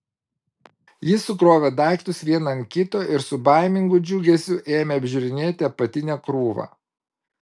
ji sukrovė daiktus vieną ant kito ir su baimingu džiugesiu ėmė apžiūrinėti apatinę krūvą